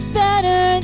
better